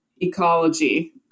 ecology